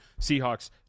Seahawks